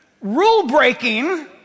rule-breaking